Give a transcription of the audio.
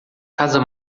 casa